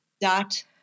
Dot